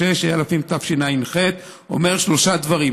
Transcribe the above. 26), התשע"ח, אומר שלושה דברים.